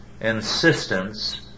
insistence